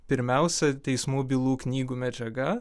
pirmiausia teismų bylų knygų medžiaga